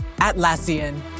Atlassian